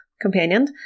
companion